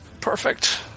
perfect